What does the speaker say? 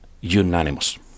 unanimous